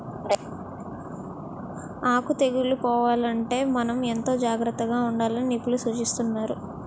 ఆకు తెగుళ్ళు పోవాలంటే మనం ఎంతో జాగ్రత్తగా ఉండాలని నిపుణులు సూచిస్తున్నారు